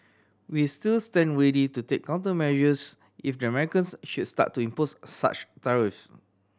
we still stand ready to take countermeasures if the Americans should start to impose such tariffs